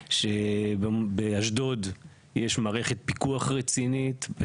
שבאשדוד יש מערכת פיקוח רצינית,